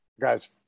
guy's